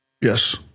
Yes